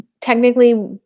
technically